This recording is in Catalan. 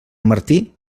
martí